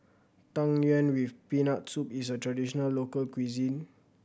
Tang Yuen with Peanut Soup is a traditional local cuisine